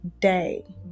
day